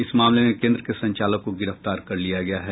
इस मामले में केन्द्र के संचालक को गिरफ्तार कर लिया गया है